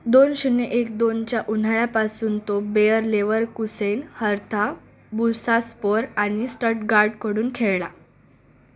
दोन शून्य एक दोनच्या उन्हाळ्यापासून तो बेअर लेवरकुसेन हर्था बुसास्पोर आणि स्टटगार्ड कडून खेळला